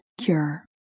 cure